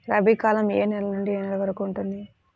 రబీ కాలం ఏ నెల నుండి ఏ నెల వరకు ఉంటుంది?